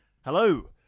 Hello